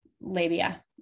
labia